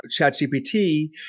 ChatGPT